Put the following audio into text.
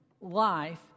life